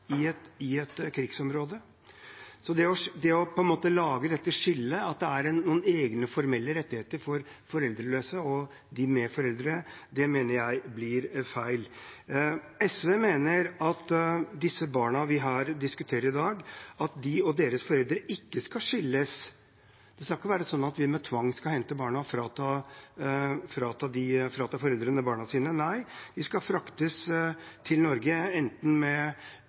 i et krigsområde? Det å lage dette skillet der det er noen egne formelle rettigheter for foreldreløse barn og for de med foreldre, mener jeg blir feil. SV mener at disse barna vi diskuterer i dag, og deres foreldre ikke skal skilles. Det skal ikke være sånn at vi med tvang skal hente barna og frata foreldrene barna sine. Nei, de skal fraktes til Norge enten med